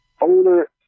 Older